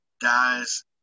Guys